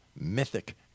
mythic